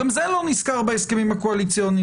גם זה לא נזכר בהסכמים הקואליציוניים